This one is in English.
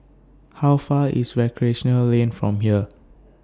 How Far IS Recreational Lane from here